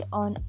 on